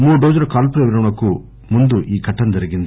మూడు రోజుల కాల్పుల విరమణకు ముందు ఈ ఘటన జరిగింది